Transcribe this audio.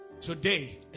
Today